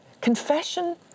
Confession